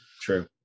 true